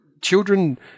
children